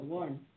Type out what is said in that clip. one